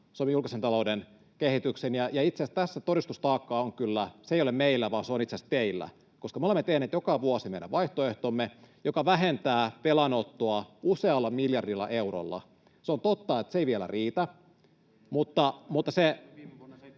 Suomen julkisen talouden kehityksen. Itse asiassa tässä todistustaakka ei ole meillä, vaan se on itse asiassa teillä, koska me olemme tehneet joka vuosi meidän vaihtoehtomme, joka vähentää velanottoa usealla miljardilla eurolla. Se on totta, että se ei vielä riitä...